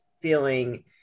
feeling